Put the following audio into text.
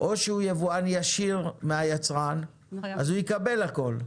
-- או שהוא יבואן ישיר מהיצרן, אז הוא יקבל הכול.